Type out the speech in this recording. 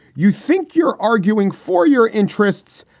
you think you're arguing for your interests,